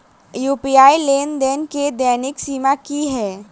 UPI लेनदेन केँ दैनिक सीमा की है?